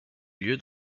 lieu